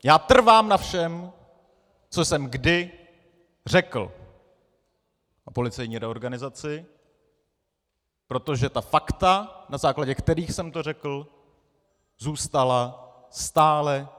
Já trvám na všem, co jsem kdy řekl o policejní reorganizaci, protože ta fakta, na základě kterých jsem to řekl, zůstala stále stejná.